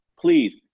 please